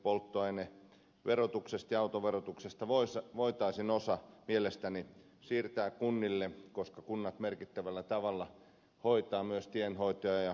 polttoaineverotuksesta ja autoverotuksesta voitaisiin osa mielestäni siirtää kunnille koska kunnat merkittävällä tavalla hoitavat myös tienhoitoa ja julkisia liikenneväyliä